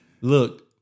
Look